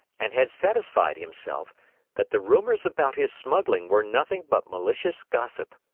and had satisfied himself that the rumors about his smuggling were nothing but malicious gossip.